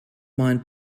mind